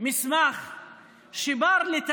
למה אתם